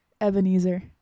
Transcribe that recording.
Ebenezer